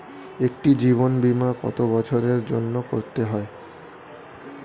একটি জীবন বীমা কত বছরের জন্য করতে হয়?